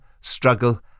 struggle